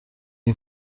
این